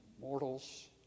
mortals